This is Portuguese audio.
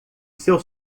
seu